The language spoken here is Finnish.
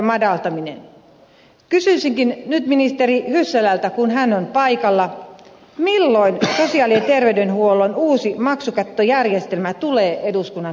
kysyisinkin nyt ministeri hyssälältä kun hän on paikalla milloin sosiaali ja terveydenhuollon uusi maksukattojärjestelmä tulee eduskunnan käsittelyyn